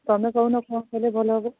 ତୁମେ କହୁନ କ'ଣ କଲେ ଭଲ ହେବ